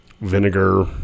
Vinegar